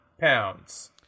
pounds